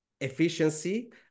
efficiency